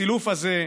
הסילוף הזה,